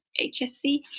HSC